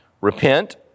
Repent